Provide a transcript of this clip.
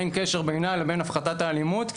אין קשר בינה לבין הפחתת האלימות.